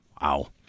Wow